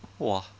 !wah!